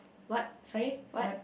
what sorry what